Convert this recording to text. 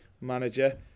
manager